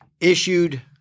issued